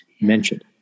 mentioned